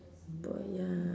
but ya